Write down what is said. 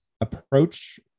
approach